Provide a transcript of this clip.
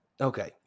Okay